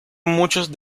muchos